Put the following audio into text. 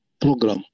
program